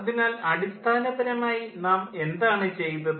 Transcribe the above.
അതിനാൽ അടിസ്ഥാനപരമായി നാം എന്താണ് ചെയ്തത്